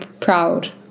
proud